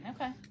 Okay